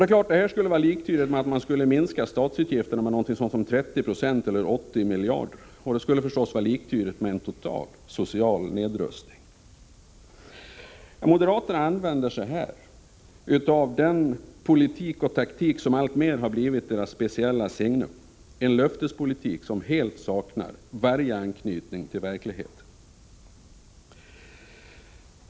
Detta skulle vara liktydigt med att statsutgifterna skulle minskas med ca 30 96 eller 80 miljarder årligen, och det skulle vara liktydigt med en total social nedrustning. Moderaterna använder sig här av den politik och taktik som alltmer blivit deras speciella signum: en löftespolitik som helt saknar anknytning till verkligheten.